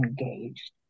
engaged